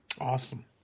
awesome